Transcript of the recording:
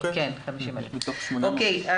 אוקיי.